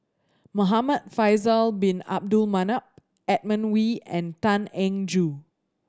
Muhamad Faisal Bin Abdul Manap Edmund Wee and Tan Eng Joo